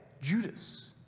Judas